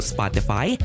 Spotify